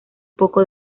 poco